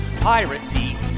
Piracy